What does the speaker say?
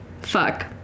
Fuck